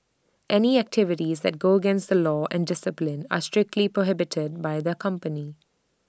any activities that go against the law and discipline are strictly prohibited by the company